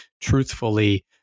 truthfully